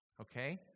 Okay